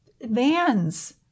vans